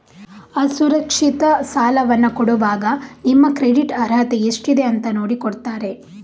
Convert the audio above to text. ಅಸುರಕ್ಷಿತ ಸಾಲವನ್ನ ಕೊಡುವಾಗ ನಿಮ್ಮ ಕ್ರೆಡಿಟ್ ಅರ್ಹತೆ ಎಷ್ಟಿದೆ ಅಂತ ನೋಡಿ ಕೊಡ್ತಾರೆ